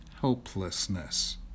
helplessness